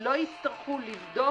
לא יצטרכו לבדוק,